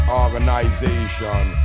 organization